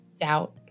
doubt